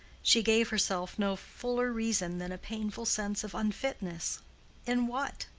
she gave herself no fuller reason than a painful sense of unfitness in what?